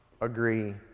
agree